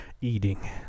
Eating